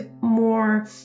more